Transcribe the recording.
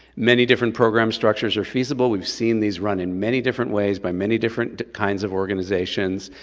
many different programs structures are feasible, we've seen these run in many different ways by many different kinds of organizations.